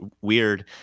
weird